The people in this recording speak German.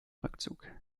rückzug